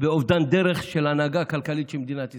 ואובדן הדרך של ההנהגה הכלכלית של מדינת ישראל.